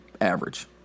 average